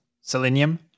Selenium